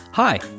Hi